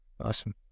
awesome